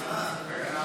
הצבענו.